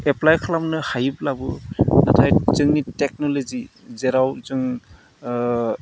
apply खालामनो हायोब्लाबो नाथाय जोंनि टेक्नल'जि जेराव जों